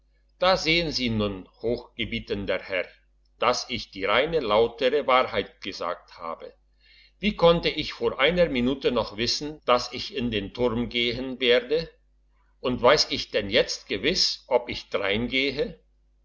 da sehen sie nun hochgebietender herr dass ich die reine lautere wahrheit gesagt habe wie konnte ich vor einer minute noch wissen dass ich in den turm gehen werde und weiss ich denn jetzt gewiss ob ich drein gehe